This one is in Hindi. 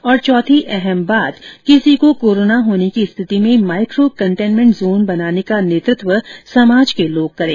और चौथी अहम बात किसी को कोरोना होने की स्थिति में माइको कन्टेनमेंट जोन बनाने का नेतृत्व समाज के लोग करें